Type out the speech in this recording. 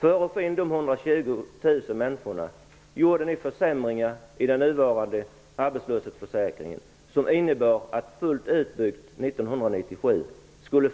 För att få in dessa 120 000 människor försämrade ni arbetslöshetsförsäkringen på ett sådant sätt att fler människor skulle